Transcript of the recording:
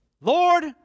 Lord